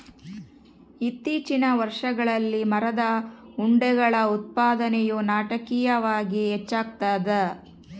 ಇತ್ತೀಚಿನ ವರ್ಷಗಳಲ್ಲಿ ಮರದ ಉಂಡೆಗಳ ಉತ್ಪಾದನೆಯು ನಾಟಕೀಯವಾಗಿ ಹೆಚ್ಚಾಗ್ತದ